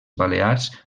balears